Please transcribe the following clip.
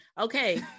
Okay